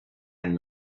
and